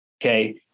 Okay